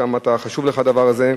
כמה חשוב לך הדבר הזה,